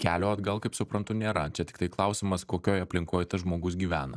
kelio atgal kaip suprantu nėra čia tiktai klausimas kokioj aplinkoj tas žmogus gyvena